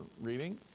reading